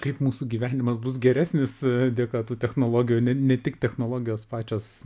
kaip mūsų gyvenimas bus geresnis dėka tų technologijų ne ne tik technologijos pačios